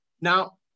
Now